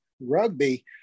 rugby